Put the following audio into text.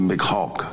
McHawk